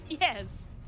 yes